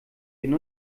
hin